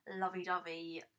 lovey-dovey